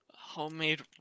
Homemade